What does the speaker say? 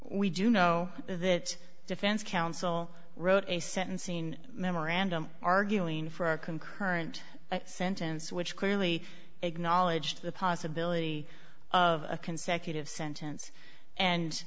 we do know that defense counsel wrote a sentencing memorandum arguing for a concurrent sentence which clearly acknowledged the possibility of a consecutive sentence and